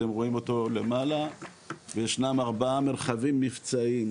שאתם רואים אותו למעלה וישנם ארבעה מרחבים מבצעיים,